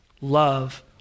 Love